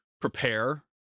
prepare